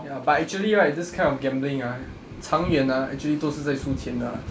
ya but actually right this kind of gambling ah 长远 ah actually 都是在输钱的